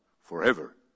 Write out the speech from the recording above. forever